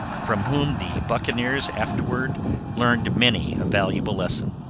from whom the buccaneers afterward learned many a valuable lesson.